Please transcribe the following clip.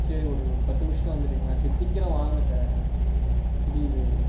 சரி ஒரு ஒரு பத்து நிமிஷத்துல வந்துருவிங்களா சரி சீக்கிரம் வாங்க சார் புரியுது